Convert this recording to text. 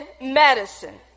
medicine